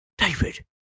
David